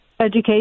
Education